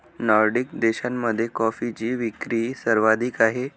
Nordic देशांमध्ये कॉफीची विक्री सर्वाधिक आहे